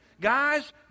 Guys